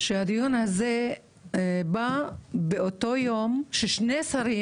שהדיון הזה מתקיים באותו יום ששני שרים